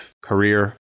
career